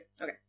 Okay